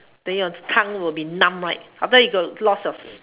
mm then your tongue will be numb right after that you got to lost your